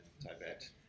Tibet